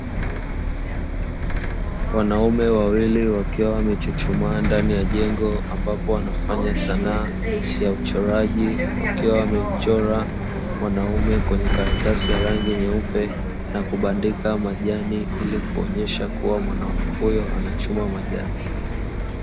Wanaume wawili ,wakiwa wamechuchuma ndani ya jengo la sanaa ya uchoraji ,wakiwa wamemchora mwanaume kwenye karatasi ya rangi nyeupa ,na kubandika majani ili kuonyesha kuwa mwanume huyo anachuma majani.